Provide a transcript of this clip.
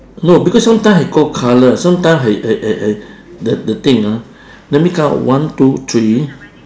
no because sometime hai go colour sometime hai hai hai hai the the thing ah let me count one two three